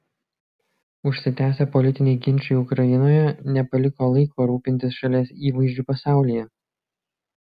užsitęsę politiniai ginčai ukrainoje nepaliko laiko rūpintis šalies įvaizdžiu pasaulyje